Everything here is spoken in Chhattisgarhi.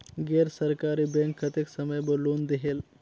गैर सरकारी बैंक कतेक समय बर लोन देहेल?